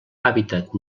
hàbitat